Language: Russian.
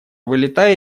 вылетай